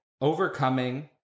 overcoming